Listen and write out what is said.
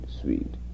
sweet